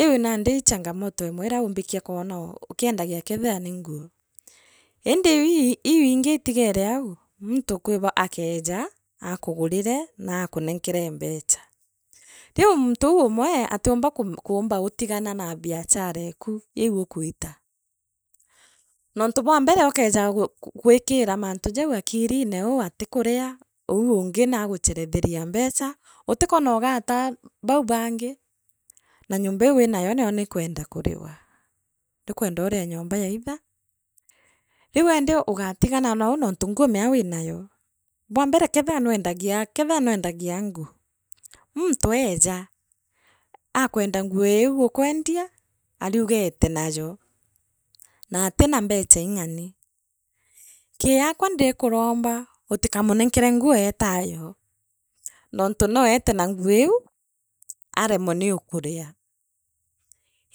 iu nandi ii changamoto emwe iria umbikia kwona ukiendagia kethira nii nguu. indi iu ingi itigere au muntu kwi ba akeeja, oakugurire na akunenkere mbecha. Riu muntu uu umwe atiumba kumu kuumba utigana na biachare eku iu ukugita, nontu bwa mbere ukeeja gwii gwiikira mantu jau akiline uu atikuria uu ungi naaguretheria mbecha utikwona ugaataa bau bangi na nyomba iu winyao nio ni kwenda kuriwa nuukwenda urie na nyomba yaitha riruendi agaatigana nou nontu nguu meya nandi winayo bwambere kethia nwendagia kethia nwendagia nguu. Muntu eeja, aakwenda nguu iu ukweendia ariuga eeite nayo naatina mbicha ing’ani kii akwa ndiikuromba utikamunenkere nguu eeta nayo nontu noo eete na nguu iu aremwe niukuria